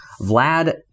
Vlad